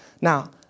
Now